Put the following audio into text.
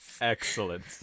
Excellent